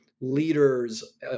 leaders